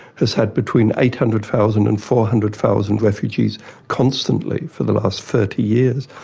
this had between eight hundred thousand and four hundred thousand refugees constantly for the last thirty years.